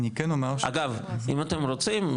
אגב אם אתם רוצים,